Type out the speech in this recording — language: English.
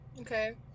Okay